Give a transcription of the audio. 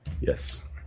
Yes